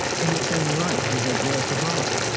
in its own light is a work of art,